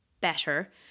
better